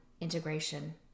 integration